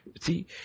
see